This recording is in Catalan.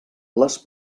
les